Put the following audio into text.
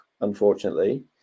unfortunately